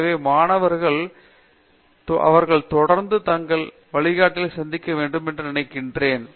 எனவே மாணவர்கள் கீழ்ப்படந்து அவர்கள் தொடர்ந்து தங்கள் வழிகாட்டிகள் சந்திக்க வேண்டும் என்று நினைக்கிறேன்